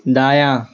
دایاں